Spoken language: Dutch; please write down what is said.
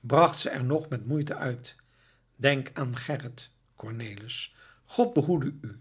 bracht ze er nog met moeite uit denk aan gerrit cornelis god behoede u